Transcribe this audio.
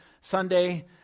Sunday